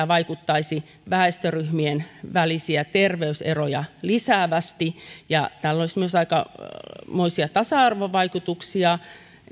vaikuttaisi väestöryhmien välisiä terveyseroja lisäävästi ja tällä olisi myös aikamoisia tasa arvovaikutuksia